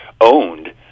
owned